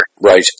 Right